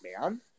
man